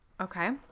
Okay